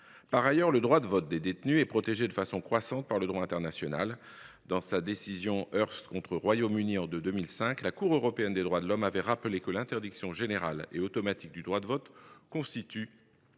Par ailleurs, le droit de vote des détenus est protégé de façon croissante par le droit international. Dans son arrêt du 6 octobre 2005, la Cour européenne des droits de l’homme a rappelé que l’interdiction générale et automatique du droit de vote constitue